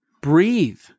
breathe